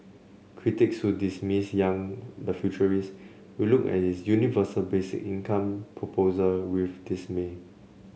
critics who dismiss Yang the futurist will look at is universal basic income proposal with dismay